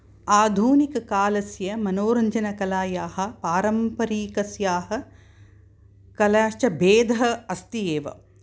आधुनिककालस्य मनोरञ्जनकलायाः पारम्परिकस्याः कलाश्च भेदः अस्ति एव